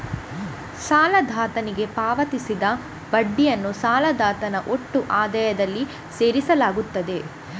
ಸಾಲದಾತನಿಗೆ ಪಾವತಿಸಿದ ಬಡ್ಡಿಯನ್ನು ಸಾಲದಾತನ ಒಟ್ಟು ಆದಾಯದಲ್ಲಿ ಸೇರಿಸಲಾಗುತ್ತದೆ